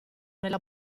nella